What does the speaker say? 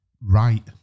right